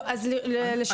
טוב, לשיקול דעתך.